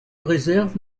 réserve